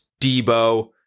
Debo